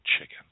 chicken